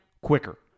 quicker